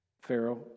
Pharaoh